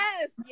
Yes